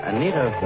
Anita